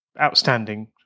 outstanding